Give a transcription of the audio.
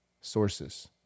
sources